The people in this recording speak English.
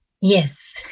Yes